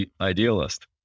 idealist